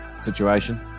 situation